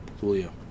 Julio